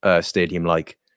stadium-like